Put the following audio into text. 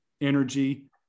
energy